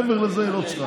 מעבר לזה היא לא צריכה.